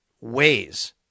ways